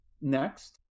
Next